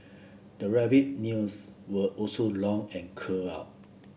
the rabbit nails were also long and curled up